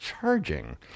charging